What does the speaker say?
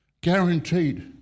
guaranteed